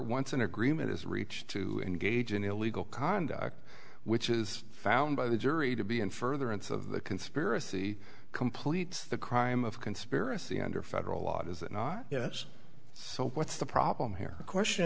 once an agreement is reached to engage in illegal conduct which is found by the jury to be in furtherance of the conspiracy completes the crime of conspiracy under federal law does it not yes so what's the problem here the question